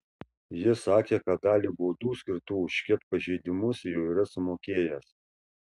jis sakė kad dalį baudų skirtų už ket pažeidimus jau yra sumokėjęs